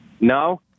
No